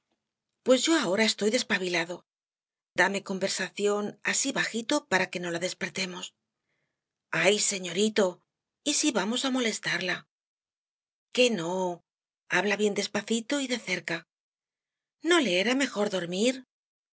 pues yo ahora estoy despabilado dame conversación así bajito para que no la despertemos ay señorito y si vamos á molestarla que no habla bien despacito y de cerca no le era mejor dormir